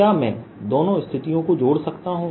क्या मैं दोनों स्थितियों को जोड़ सकता हूँ